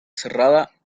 cerrada